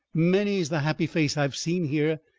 many's the happy face i've seen here,